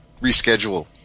reschedule